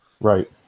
Right